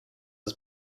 his